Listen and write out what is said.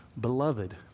beloved